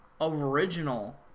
original